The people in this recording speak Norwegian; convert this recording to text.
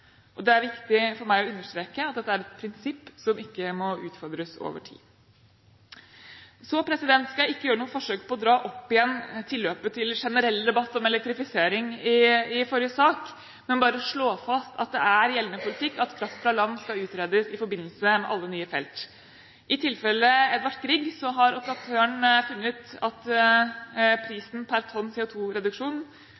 grunnlag. Det er viktig for meg å understreke at dette er et prinsipp som ikke må utfordres over tid. Så skal jeg ikke gjøre noe forsøk på å trekke opp igjen fra forrige sak tilløpet til generell debatt om elektrifisering, men bare slå fast at gjeldende politikk er at kraft fra land skal utredes i forbindelse med alle nye felt. I tilfellet Edvard Grieg-feltet har operatøren funnet ut at